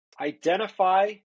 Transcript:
Identify